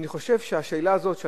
אני חושב שהשאלה הזאת,